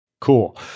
Cool